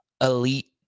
elite